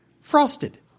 frosted